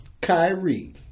Kyrie